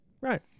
Right